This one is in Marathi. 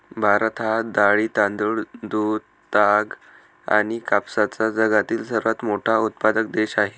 भारत हा डाळी, तांदूळ, दूध, ताग आणि कापसाचा जगातील सर्वात मोठा उत्पादक देश आहे